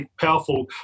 powerful